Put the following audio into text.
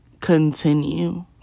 continue